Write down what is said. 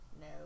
No